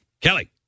Kelly